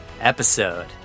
episode